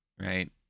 Right